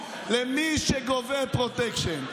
למי שגובה פרוטקשן.